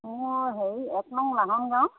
মোৰ হেৰি এক নং লাহন গাঁও